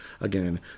again